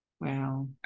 wow